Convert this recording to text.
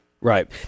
Right